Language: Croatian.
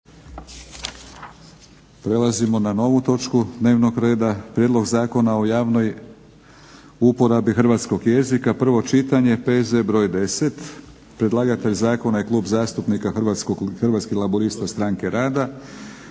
Prelazimo na novu točku dnevnog reda - Prijedlog zakona o javnoj uporabi hrvatskog jezika, prvo čitanje, P.Z. br. 10 Predlagatelj zakona je Klub zastupnika Hrvatskih laburista – Stranke rada.